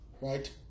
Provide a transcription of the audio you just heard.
right